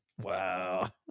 Wow